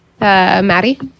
Maddie